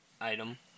item